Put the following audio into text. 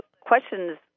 questions